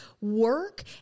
work